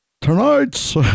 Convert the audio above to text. Tonight's